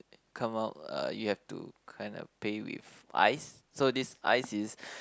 come out uh you have to kind of pay with ice so this ice is